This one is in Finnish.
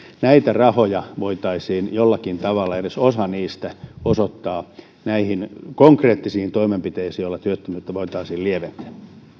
näitä rahoja voitaisiin jollakin tavalla edes osa niistä osoittaa näihin konkreettisiin toimenpiteisiin joilla työttömyyttä voitaisiin lieventää